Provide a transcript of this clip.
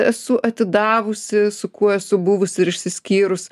esu atidavusi su kuo esu buvusi ir išsiskyrus